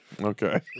Okay